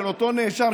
של אותו נאשם,